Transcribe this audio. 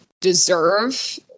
deserve